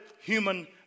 human